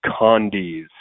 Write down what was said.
Condies